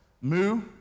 Moo